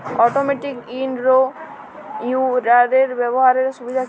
Automatic in row উইডারের ব্যবহারের সুবিধা কি?